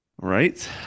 Right